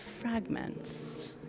fragments